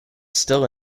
still